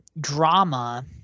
drama